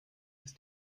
ist